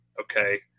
okay